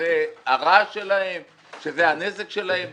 שזה הנזק שהן גורמות?